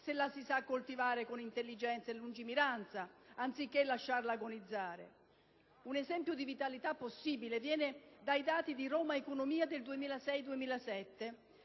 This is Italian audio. se la si sa coltivare con intelligenza e lungimiranza, anziché lasciarla agonizzare. Un esempio di vitalità possibile viene dai dati di «Roma economia» del 2006-2007,